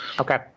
Okay